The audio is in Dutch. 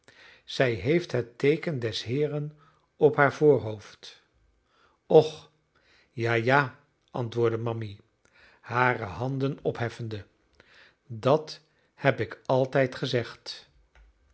zij heeft het teeken des heeren op haar voorhoofd och ja ja antwoordde mammy hare handen opheffende dat heb ik altijd gezegd